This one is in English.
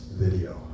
video